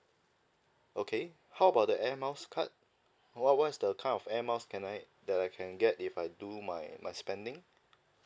okay how about the air miles card what what's the kind of air miles can I that I can get if I do my my spending